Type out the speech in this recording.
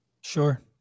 Sure